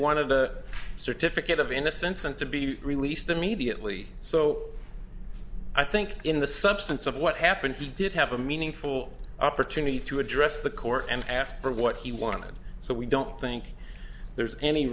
wanted a certificate of innocence and to be released immediately so i think in the substance of what happened he did have a meaningful opportunity to address the court and ask for what he wanted so we don't think there's any